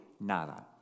nada